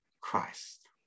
Christ